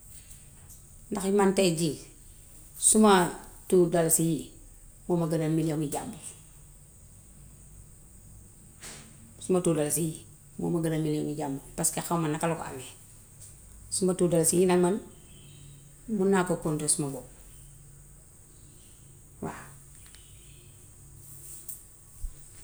Ndax man tay jii suma two dalasi yii moo ma ma gënal milyoŋi jàmbur suma two dalasi yii moo ma gënal milyoŋi jàmbur paska xaw ma naka la ko amee. Suma two dalasi yii nag man mun naa ko control suma bopp waaw.